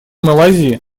малайзии